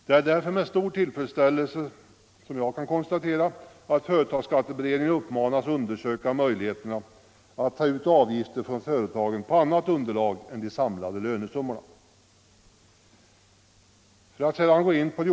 Det är därför med stor tillfredsställelse som jag kan konstatera att företagsskatteberedningen uppmanats undersöka möjligheterna att ta ut avgifter från företagen på annat underlag än de samlade lönesummorna.